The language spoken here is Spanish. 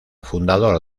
fundador